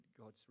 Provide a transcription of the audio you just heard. God's